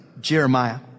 Jeremiah